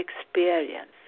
experience